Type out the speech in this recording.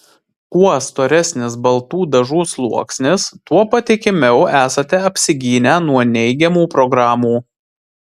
kuo storesnis baltų dažų sluoksnis tuo patikimiau esate apsigynę nuo neigiamų programų